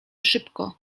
szybko